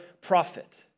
Prophet